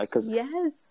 Yes